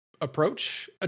approach